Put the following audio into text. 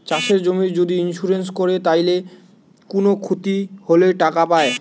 চাষের জমির যদি ইন্সুরেন্স কোরে তাইলে কুনো ক্ষতি হলে টাকা পায়